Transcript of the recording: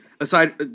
aside